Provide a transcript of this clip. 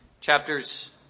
Chapters